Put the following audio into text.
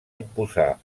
imposar